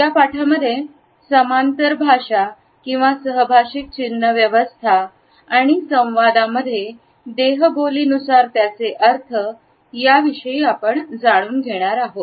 या पाठांमध्ये समांतर भाषा किंवा सहभाषिक चिन्ह व्यवस्था आणि संवादांमध्ये देहबोली नुसार त्याचे अर्थ याविषयी आपण जाणून घेणार आहोत